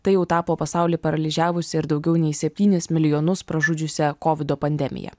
tai jau tapo pasaulį paralyžiavusi ir daugiau nei septynis milijonus pražudžiusią kovido pandemiją